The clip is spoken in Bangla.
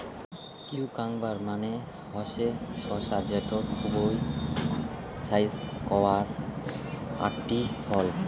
কিউকাম্বার মানে হসে শসা যেটো খুবই ছাইস্থকর আকটি ফল